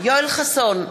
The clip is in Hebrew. יואל חסון,